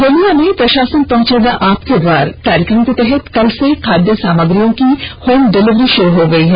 ग्मला में प्रशासन पहुंचेगा आपके द्वार कार्यक्रम के तहत कल से खाद्य सामग्रियों की होम डिलीवरी शुरू हो गई है